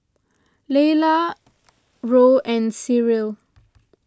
layla Roe and Cyril